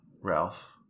Ralph